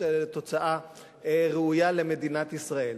האלה לתוצאה ראויה למדינת ישראל.